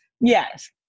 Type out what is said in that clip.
yes